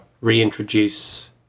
reintroduce